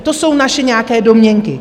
To jsou naše nějaké domněnky.